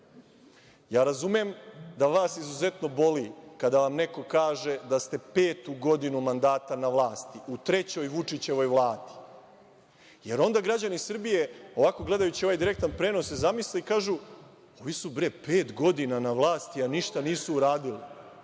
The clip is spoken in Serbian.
razumem da vas izuzetno boli kada vam neko kaže da ste petu godinu mandata na vlasti u trećoj Vučićevoj vladi, jer onda građani Srbije ovako direktno gledajući ovaj prenos kažu – ovi su bre pet godina na vlasti, a ništa nisu uradili.